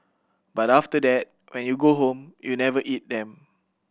but after that when you go home you never eat them